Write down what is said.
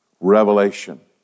Revelation